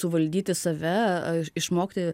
suvaldyti save išmokti